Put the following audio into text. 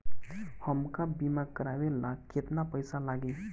हमका बीमा करावे ला केतना पईसा लागी?